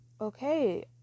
okay